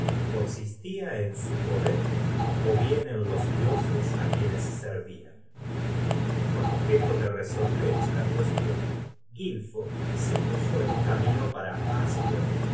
consistia en su poder ó bien en los dioses á quienes servian con objeto de resolver esta cuestion gilfo se puso en camino para